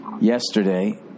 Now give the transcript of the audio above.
yesterday